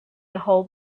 hold